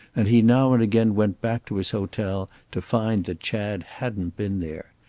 and he now and again went back to his hotel to find that chad hadn't been there.